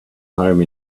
home